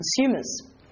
consumers